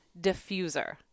diffuser